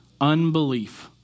Unbelief